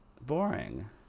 Boring